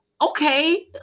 okay